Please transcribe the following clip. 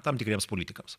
tam tikriems politikams